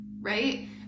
right